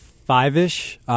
Five-ish